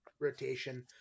rotation